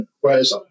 Whereas